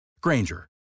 Granger